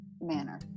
manner